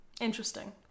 interesting